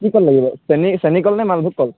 কি কল লাগিব চেনী চেনী কল নে মালভোগ কল